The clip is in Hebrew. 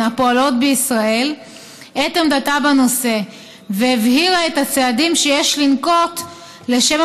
הפועלות בישראל את עמדתה בנושא והבהירה את הצעדים שיש לנקוט לשם